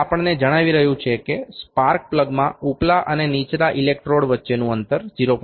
તે આપણને જણાવી રહ્યું છે કે સ્પાર્ક પ્લગમાં ઉપલા અને નીચલા ઇલેક્ટ્રોડ વચ્ચેનું અંતર 0